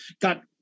got